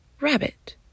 rabbit